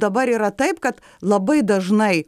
dabar yra taip kad labai dažnai